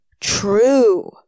true